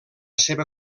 seva